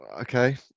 Okay